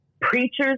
Preachers